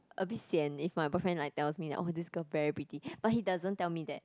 a bit sian if my boyfriend like tells me like oh this girl very pretty but he doesn't tell me that